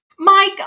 Mike